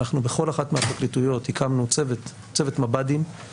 אנחנו בכל אחת מהפרקליטויות הקמנו צוות מב"דים (ממתין לבירור